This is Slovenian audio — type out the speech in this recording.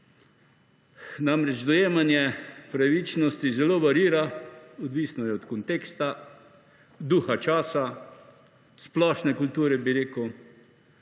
Namreč dojemanje pravičnosti zelo variira, odvisno je od konteksta, duha časa, splošne kulture, bi rekel,